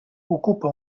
ocupa